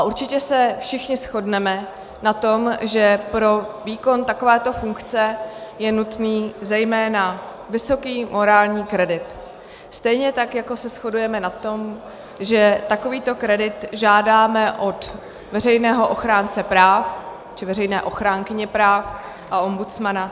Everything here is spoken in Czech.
Určitě se všichni shodneme na tom, že pro výkon takovéto funkce je nutný zejména vysoký morální kredit, stejně tak jako se shodujeme na tom, že takovýto kredit žádáme od veřejného ochránce práv či veřejné ochránkyně práv a ombudsmana.